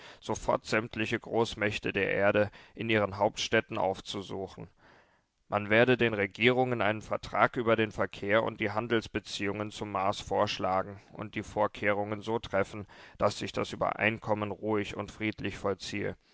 sofort sämtliche großmächte der erde in ihren hauptstädten aufzusuchen man werde den regierungen einen vertrag über den verkehr und die handelsbeziehungen zum mars vorschlagen und die vorkehrungen so treffen daß sich das übereinkommen ruhig und friedlich vollziehe